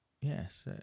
Yes